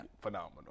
phenomenal